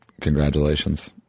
Congratulations